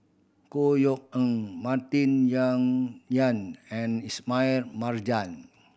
Chor Yeok Eng Martin Yan and Ismail Marjan